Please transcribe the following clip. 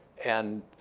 and